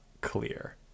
clear